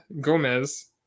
gomez